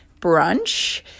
brunch